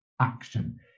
action